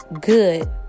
good